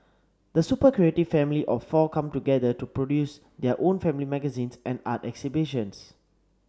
the super creative family of four come together to produce their own family magazines and art exhibitions